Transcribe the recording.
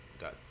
got